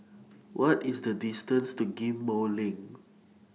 What IS The distance to Ghim Moh LINK